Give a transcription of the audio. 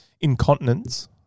incontinence